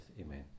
Amen